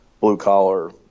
blue-collar